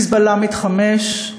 "חיזבאללה" מתחמש,